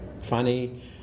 funny